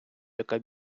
яка